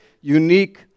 unique